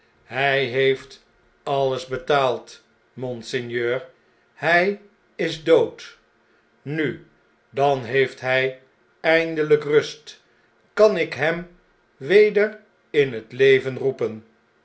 hij heeft alles betaald monseigneur hn is dood nu dan heeft hjj eindeln'k rust kan ik hem weder in het leven roepen